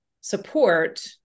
support